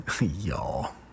Y'all